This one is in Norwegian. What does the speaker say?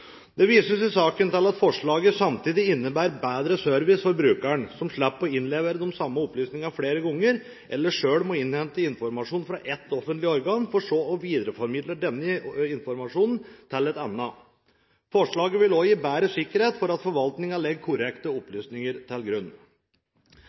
Det vises i saken til at forslaget samtidig innebærer bedre service for brukeren som slipper å levere inn de samme opplysningene flere ganger, eller selv må innhente informasjon fra ett offentlig organ, for så å videreformidle denne informasjonen til et annet. Forslaget vil også gi bedre sikkerhet for at forvaltningen legger korrekte